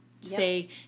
Say